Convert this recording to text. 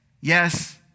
yes